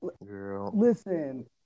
Listen